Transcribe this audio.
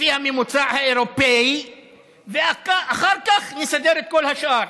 לפי הממוצע האירופי ואחר כך נסדר את כל השאר.